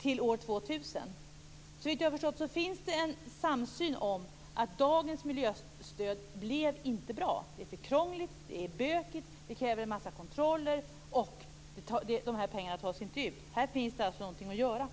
till år 2000. Såvitt jag förstår finns det en samsyn om att dagens miljöstöd inte är bra. Det är för krångligt, det är bökigt, det kräver en massa kontroller och pengarna tas därför inte ut. Här finns det alltså någonting att göra.